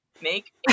make